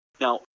Now